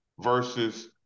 versus